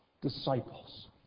disciples